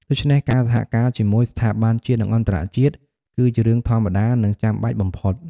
ដូច្នេះ ការសហការជាមួយស្ថាប័នជាតិ និងអន្តរជាតិ គឺជារឿងធម្មតា និងចាំបាច់បំផុត។